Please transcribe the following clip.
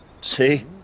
See